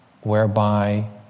whereby